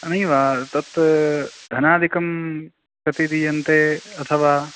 नैव तत् धनादिकं कति दीयन्ते अथवा